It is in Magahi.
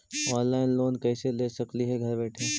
ऑनलाइन लोन कैसे ले सकली हे घर बैठे?